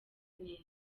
neza